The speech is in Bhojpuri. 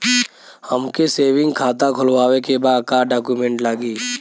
हमके सेविंग खाता खोलवावे के बा का डॉक्यूमेंट लागी?